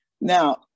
Now